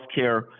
healthcare